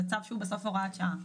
זה צו שהוא הוראת שעה.